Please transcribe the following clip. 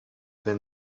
been